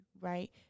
right